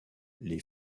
les